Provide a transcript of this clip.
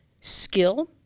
skill